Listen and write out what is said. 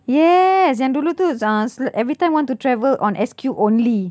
yes yang dulu tu uh every time want to travel on S_Q only